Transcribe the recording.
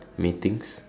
meetings